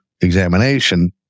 examination